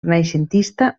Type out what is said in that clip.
renaixentista